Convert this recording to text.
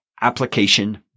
application